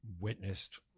witnessed